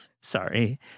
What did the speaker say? sorry